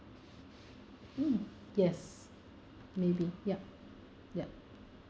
um yes maybe yup yup